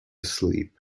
sleep